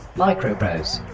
microprose